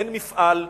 אין מפעל,